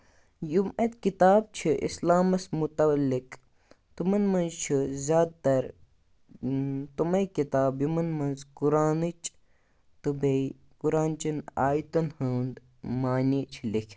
یِم اَتہِ کِتاب چھِ اِسلامَس مُتعلق تِمَن منٛز چھِ زیادٕ تَر تِمَے کِتاب یِمَن منٛز قُرانٕچ تہٕ بیٚیہِ قُرانچَن آیتَن ہُنٛد معنے چھُ لیٚکھِتھ